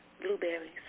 blueberries